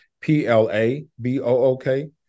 P-L-A-B-O-O-K